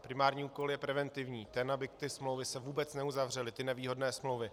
Primární úkol je preventivní, ten, aby ty smlouvy se vůbec neuzavřely, ty nevýhodné smlouvy.